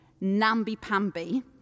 namby-pamby